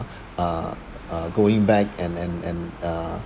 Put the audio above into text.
uh uh going back and and and uh